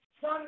sun